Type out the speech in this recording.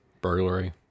burglary